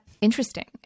interesting